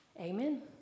Amen